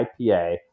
IPA